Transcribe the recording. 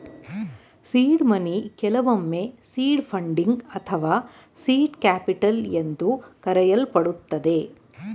seed money ಕೆಲವೊಮ್ಮೆ seed funding ಅಥವಾ seed capital ಎಂದು ಕರೆಯಲ್ಪಡುತ್ತದೆ